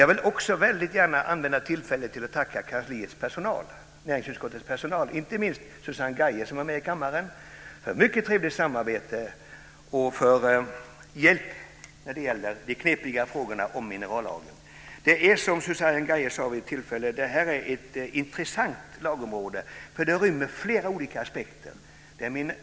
Jag vill också väldigt gärna använda detta tillfälle till att tacka personalen på näringsutskottets kansli, inte minst Susanne Gaje som har suttit med i kammaren, för mycket trevligt samarbete och för hjälp med de knepiga frågorna om minerallagen. Som Susanne Gaje sade vid ett tillfälle är det här ett intressant lagområde, för det rymmer flera olika aspekter.